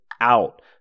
out